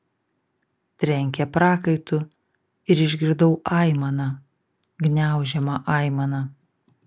trenkė prakaitu ir išgirdau aimaną gniaužiamą aimaną